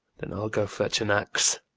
then i'll go fetch an axe.